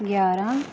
ਗਿਆਰਾਂ